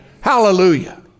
Hallelujah